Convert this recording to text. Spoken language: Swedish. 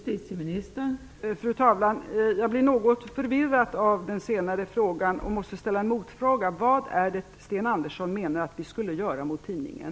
Fru talman! Jag blir något förvirrad av den senare frågan. Jag måste ställa en motfråga: Vad menar Sten Andersson att vi skulle göra gentemot tidningen?